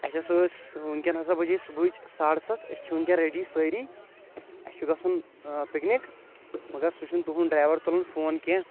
اسہِ ہسا أس وُنکٮ۪س ہسا بجے صبحٕچ ساڑٕ ستھ أسۍ چھ وُنۍکٮ۪ن ریڈی سأری اَسہِ چھُ گژھُن پِکنِک مگر سُہ چھُ نہٕ تُہنٛد ڈریور تُلان فون کیٚنٛہہ